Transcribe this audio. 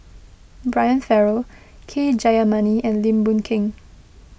Brian Farrell K Jayamani and Lim Boon Keng